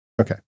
Okay